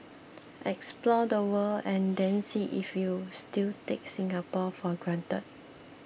explore the world and then see if you still take Singapore for granted